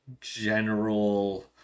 general